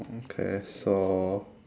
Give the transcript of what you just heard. okay so